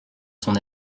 son